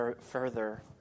further